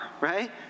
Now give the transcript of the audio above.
right